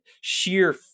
sheer